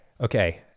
Okay